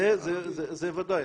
זה ודאי,